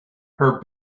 her